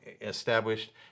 established